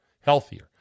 healthier